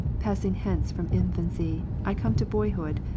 passing hence from infancy icome to boyhood,